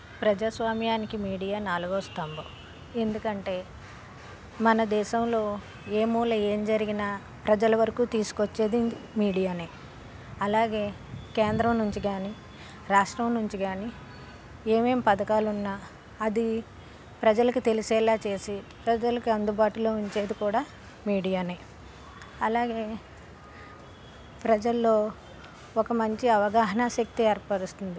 ప్రజాస్వామ్యానికి మీడియా నాలుగో స్తంభం ఎందుకంటే మన దేశంలో ఏ మూల ఏం జరిగినా ప్రజల వరకు తీసుకొచ్చేది మీడియానే అలాగే కేంద్రం నుంచి కాని రాష్ట్రం నుంచి కాని ఏమేం పథకాలు ఉన్న అది ప్రజలకు తెలిసేలా చేసి ప్రజలకి అందుబాటులో ఉంచేది కూడా మీడియానే అలాగే ప్రజల్లో ఒక మంచి అవగాహన శక్తి ఏర్పరుస్తుంది